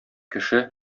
кеше